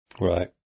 Right